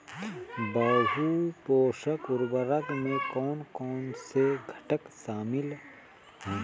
बहु पोषक उर्वरक में कौन कौन से घटक शामिल हैं?